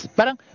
parang